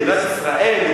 למדינת ישראל,